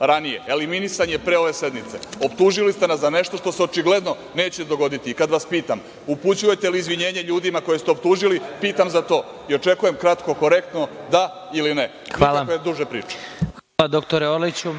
ranije. Eliminisan je pre ove sednice. Optužili ste nas za nešto što se očigledno neće dogoditi i kada vas pitam upućujete li izvinjenje ljudima koje ste optužili, pitam za to i očekujem kratko, korektno – da ili ne, nikakve duže priče. **Vladimir Marinković** Hvala, dr Orliću.